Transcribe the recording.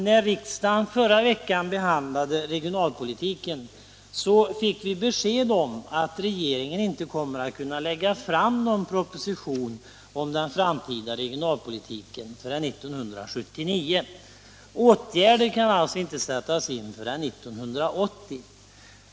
När riksdagen förra veckan behandlade regionalpolitiken fick vi besked om att regeringen inte kommer att kunna lägga fram någon proposition om den framtida regionalpolitiken förrän 1979. Åtgärder kan alltså inte sättas in förrän 1980.